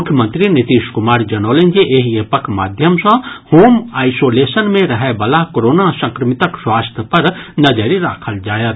मुख्यमंत्री नीतीश कुमार जनौलनि जे एहि एपक माध्यम सँ होम आईसोलेशन मे रहयवला कोरोना संक्रमितक स्वास्थ्य पर नजरि राखल जायत